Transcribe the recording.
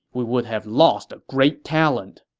we would have lost a great talent.